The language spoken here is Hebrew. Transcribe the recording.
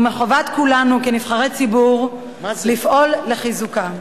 ומחובת כולנו כנבחרי ציבור לפעול לחיזוקה.